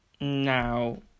Now